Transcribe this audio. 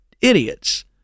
idiots